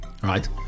right